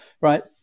right